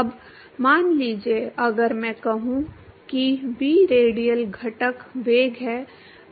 अब मान लीजिए अगर मैं कहूं कि v रेडियल घटक वेग है